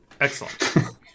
excellent